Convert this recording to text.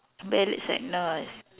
ballads are nice